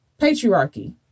Patriarchy